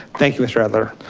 thank you mr. adler.